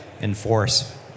enforce